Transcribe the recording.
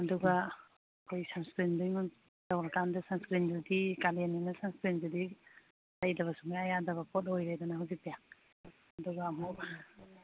ꯑꯗꯨꯒ ꯑꯩꯈꯣꯏ ꯁꯟꯁ꯭ꯀꯔꯤꯟ ꯇꯧꯔ ꯀꯥꯟꯗ ꯁꯟꯁ꯭ꯀꯔꯤꯟꯗꯨꯗꯤ ꯀꯥꯂꯦꯟꯅꯤꯅ ꯁꯟꯁ꯭ꯀꯔꯤꯟꯗꯨꯗꯤ ꯇꯩꯗꯕ ꯁꯨꯛꯌꯥ ꯌꯥꯗꯕ ꯄꯣꯠ ꯑꯣꯏꯔꯦꯗꯅ ꯍꯧꯖꯤꯛꯇꯤ ꯑꯗꯨꯒ ꯑꯃꯨꯛ